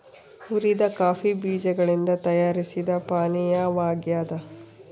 ಹುರಿದ ಕಾಫಿ ಬೀಜಗಳಿಂದ ತಯಾರಿಸಿದ ಪಾನೀಯವಾಗ್ಯದ